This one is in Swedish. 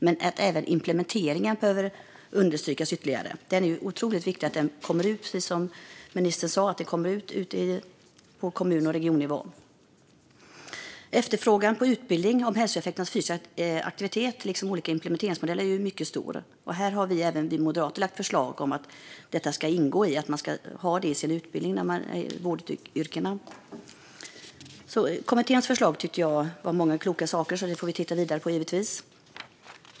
Men även implementeringen behöver understrykas ytterligare. Det är otroligt viktigt att detta, precis som ministern sa, kommer ut till kommun och regionnivå. Efterfrågan på utbildning om hälsoeffekter av fysisk aktivitet liksom på olika implementeringsmodeller är mycket stor. Vi moderater har lagt fram förslag om att detta ska ingå i utbildningen till vårdyrkena. Kommitténs förslag innehåller, tycker jag, många kloka saker. Detta får vi titta vidare på, givetvis.